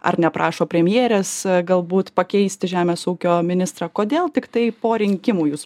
ar neprašo premjerės galbūt pakeisti žemės ūkio ministrą kodėl tiktai po rinkimų jūs